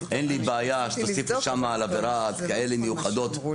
אין לי בעיה שתוסיפו שם על עבירות כאלה מיוחדות,